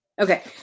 Okay